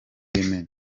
yemen